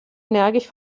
energisch